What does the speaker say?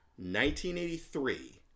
1983